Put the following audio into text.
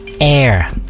Air